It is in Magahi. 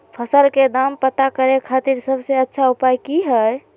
फसल के दाम पता करे खातिर सबसे अच्छा उपाय की हय?